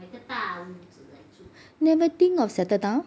never think of settle down